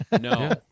No